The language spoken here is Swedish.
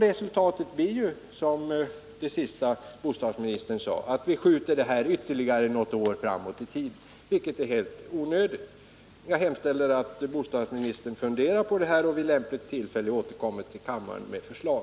Resultatet blir ju, som bostadsministern sade, att vi skjuter problemet ytterligare något år framåt i tiden, vilket är helt onödigt. Jag hemställer att bostadsministern funderar på och vid lämpligt tillfälle återkommer till kammaren med förslag.